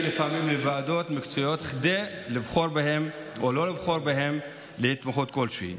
לוועדות מקצועיות כדי לבחור בהם או לא לבחור בהם להתמחות כלשהי.